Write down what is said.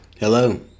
Hello